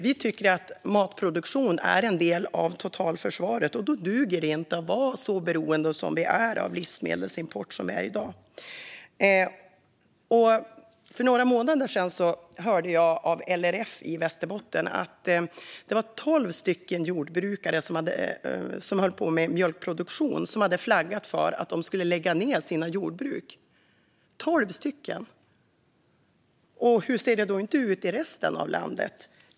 Vi tycker att matproduktion är en del av totalförsvaret, och då duger det inte att vara så beroende av livsmedelsimport som vi är i dag. För några månader sedan hörde jag av LRF i Västerbotten att det var tolv jordbrukare som höll på med mjölkproduktion som hade flaggat för att de skulle lägga ned sina jordbruk. Tolv stycken! Hur ser det då ut i resten av landet?